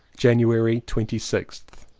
january twenty sixth.